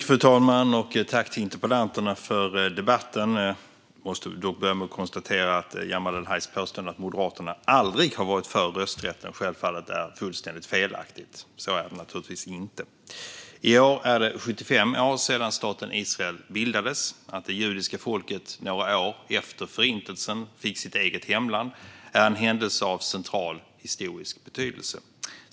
Fru talman! Tack till interpellanterna för debatten! Jag måste dock börja med att konstatera att Jamal El-Hajs påstående att Moderaterna aldrig varit för rösträtten självfallet är fullständigt felaktigt. Så är det naturligtvis inte. I år är det 75 år sedan staten Israel bildades. Att det judiska folket några år efter Förintelsen fick sitt eget hemland är en händelse av central historisk betydelse.